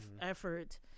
effort